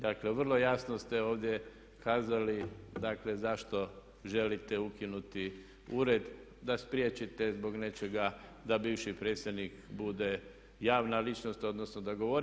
Dakle, vrlo jasno ste ovdje kazali, dakle zašto želite ukinuti ured, da spriječite zbog nečega da bivši predsjednik bude javna ličnost, odnosno da govori.